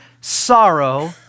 sorrow